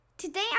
Today